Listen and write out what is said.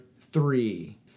three